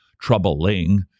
troubling